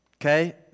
okay